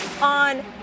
on